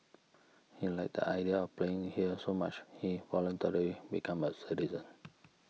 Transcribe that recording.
he liked the idea of playing here so much he voluntarily became a citizen